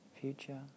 future